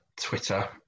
Twitter